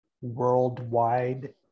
worldwide